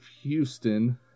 Houston